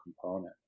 component